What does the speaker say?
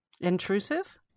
intrusive